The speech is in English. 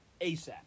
ASAP